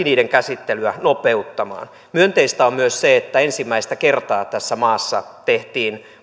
niiden käsittelyä nopeuttamaan myönteistä on myös se että ensimmäistä kertaa tässä maassa tehtiin